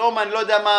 שפתאום אני לא יודע מה